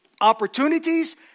opportunities